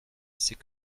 c’est